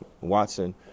Watson